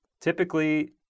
typically